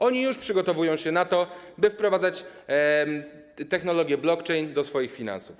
One już przygotowują się na to, by wprowadzać technologię blockchain do swoich finansów.